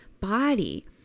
body